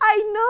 I know